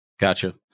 Gotcha